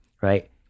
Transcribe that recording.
right